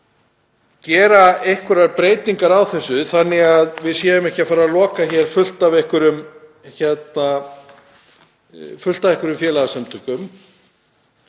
að gera einhverjar breytingar á þessu þannig að við séum ekki að fara að loka á fullt af félagasamtökum.